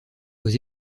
aux